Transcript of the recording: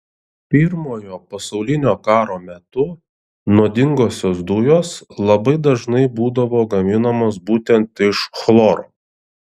pirmojo pasaulinio karo metu nuodingosios dujos labai dažnai būdavo gaminamos būtent iš chloro